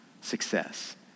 success